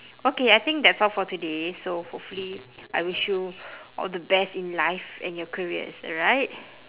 okay I think that's all for today so hopefully I wish you all the best in life and your careers alright